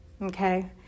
Okay